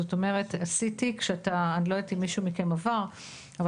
זאת אומרת: אני לא יודעת אם מישהו מכם עבר CT,